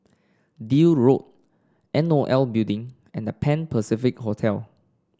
Deal Road N O L Building and The Pan Pacific Hotel